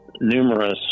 numerous